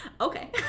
okay